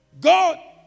God